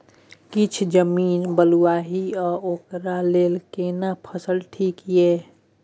किछ जमीन बलुआही ये ओकरा लेल केना फसल ठीक ये?